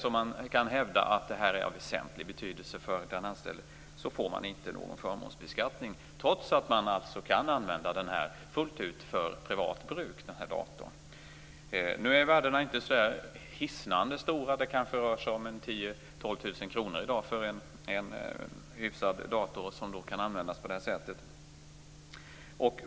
Om man kan hävda att det är av väsentlig betydelse för den anställde får denne inte någon förmånsbeskattning, trots att datorn kan användas fullt ut för privat bruk. Nu är värdena inte så hisnande stora. Det kanske rör sig om 10 000 12 000 kr för en hyfsad dator som kan användas på det här sättet.